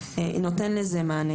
הקריאה נותן לזה מענה.